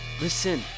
listen